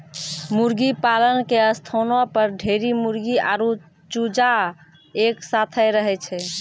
मुर्गीपालन के स्थानो पर ढेरी मुर्गी आरु चूजा एक साथै रहै छै